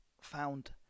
found